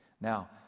Now